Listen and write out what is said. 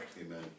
Amen